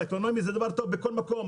אוטונומי זה דבר טוב בכל מקום,